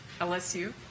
LSU